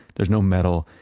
there's no metal.